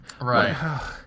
Right